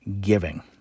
giving